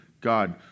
God